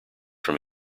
from